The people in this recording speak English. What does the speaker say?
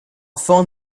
phone